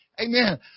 Amen